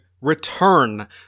return